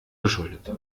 geschuldet